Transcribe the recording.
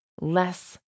less